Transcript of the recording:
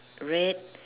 red